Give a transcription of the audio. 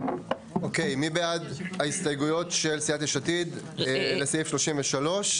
יותר.‬‬‬‬‬‬‬‬‬‬‬‬‬‬‬‬ מי בעד ההסתייגויות של סיעת יש עתיד לסעיף 33?